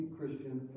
Christian